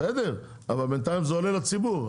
בסדר, אבל בינתיים זה עולה לציבור.